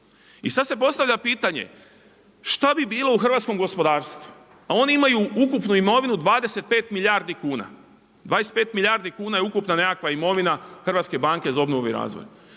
I sada se postavlja pitanje, šta bi bilo u hrvatskom gospodarstvu, a oni imaju ukupnu imovinu 25 milijardi kuna, 25 milijardi kuna je ukupna nekakva imovina HBOR-a. kakvo bi bilo